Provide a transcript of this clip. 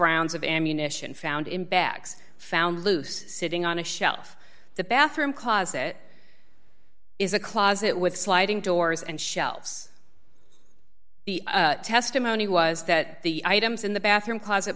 rounds of ammunition found in bags found loose sitting on a shelf the bathroom closet is a closet with sliding doors and shelves the testimony was that the items in the bathroom closet